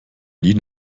nie